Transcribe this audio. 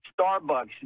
Starbucks